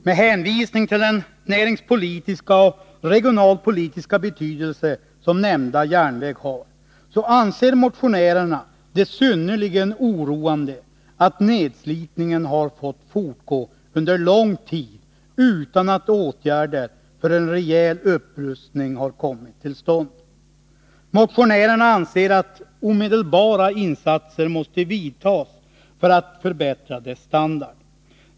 Med hänvisning till den näringspolitiska och regionalpolitiska betydelse som nämnda järnväg har, anser motionärerna det synnerligen oroande att nedslitningen har fått fortgå under lång tid utan att åtgärder för en rejäl upprustning har kommit till stånd. Motionärerna anser att omedelbara insatser måste vidtas för att förbättra dess standard.